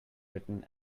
written